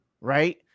right